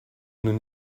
nous